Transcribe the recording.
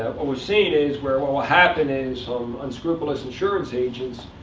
what we're seeing is where what will happen is, some unscrupulous insurance agents,